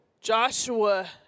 Joshua